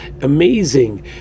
amazing